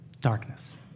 Darkness